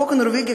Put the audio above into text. החוק הנורבגי,